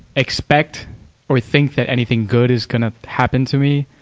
expect or think that anything good is gonna happen to me,